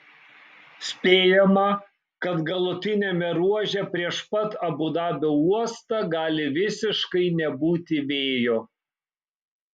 spėjama kad galutiniame ruože prieš pat abu dabio uostą gali visiškai nebūti vėjo